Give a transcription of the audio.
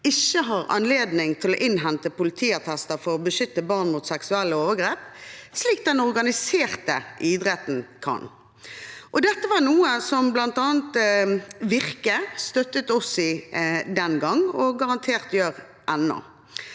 ikke har anledning til å innhente politiattester for å beskytte barn mot seksuelle overgrep, slik den organiserte idretten kan. Dette var noe som bl.a. Virke støttet oss i den gang og garantert gjør ennå.